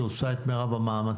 היא עושה את מרב המאמצים,